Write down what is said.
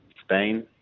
Spain